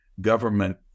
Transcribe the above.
government